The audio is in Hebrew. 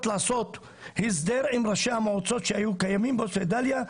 לעשות הסדר עם ראשי המועצות שהיו קיימים בדאליה,